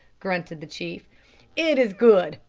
grunted the chief it is good.